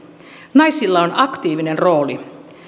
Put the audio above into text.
naisilla on aktiivinen rooli